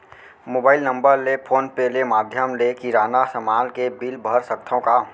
Mobile number ले phone पे ले माधयम ले किराना समान के बिल भर सकथव का?